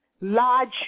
large